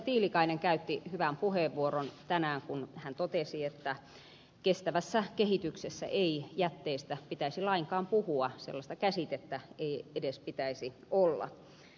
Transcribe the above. tiilikainen käytti hyvän puheenvuoron tänään kun hän totesi että kestävässä kehityksessä ei jätteistä pitäisi lainkaan puhua sellaista käsitettä ei edes pitäisi olla